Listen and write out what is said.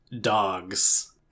dogs